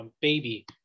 baby